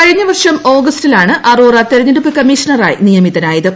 കഴിഞ്ഞ വർഷം ഓഗസ്റ്റിലാണ് അറോറ തിരഞ്ഞെട്ടൂപ്പ് കമ്മീഷണറായി നിയമിതനയത്